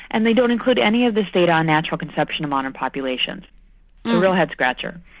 and they don't include any of this data on natural conception in modern populations. a real head-scratcher.